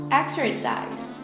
exercise